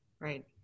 Right